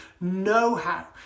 know-how